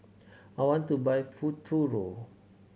I want to buy Futuro